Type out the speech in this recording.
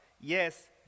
yes